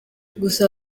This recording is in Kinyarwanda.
gusa